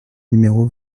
numéro